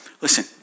Listen